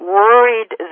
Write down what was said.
worried